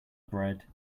bread